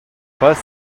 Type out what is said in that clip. pas